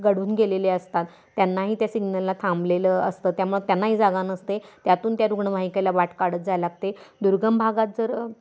गढून गेलेले असतात त्यांनाही त्या सिग्नलला थांबलेलं असतं त्यामुळं त्यांनाही जागा नसते त्यातून त्या रुग्णवाहिकेला वाट काढत जायला लागते दुर्गम भागात जर